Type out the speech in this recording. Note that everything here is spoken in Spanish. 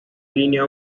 línea